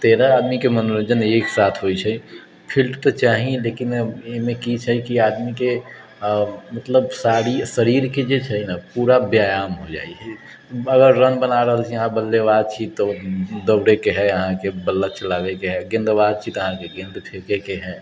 तेरह आदमीके मनोरञ्जन एक साथ होइ छै फील्ड तऽ चाही लेकिन एहिमे कि छै कि आदमीके मतलब सारी शरीरके जे छै ने पूरा व्यायाम हो जाइ छै आओर रन बना रहल छी अहाँ बल्लेबाज छी तऽ दौड़ैके हइ अहाँके बल्ला चलाबैके हइ गेन्दबाज छी तऽ अहाँके गेन्द फेकैके हइ